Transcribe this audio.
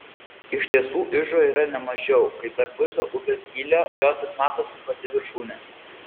iš tiesų ižo yra ne mažiau kaip per pusę upės gylio jo tik matosi pati viršūnė